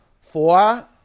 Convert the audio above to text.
Four